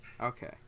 Okay